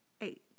eight